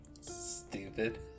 Stupid